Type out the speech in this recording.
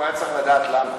הוא היה צריך לדעת למה.